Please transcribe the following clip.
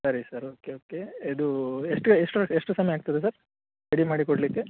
ಸರಿ ಸರಿ okay okay ಇದು ಎಷ್ಟು ಎಷ್ಟು ಎಷ್ಟು ಸಮಯ ಆಗ್ತದೆ ಸರ್ ರೆಡಿ ಮಾಡಿ ಕೊಡಲಿಕ್ಕೆ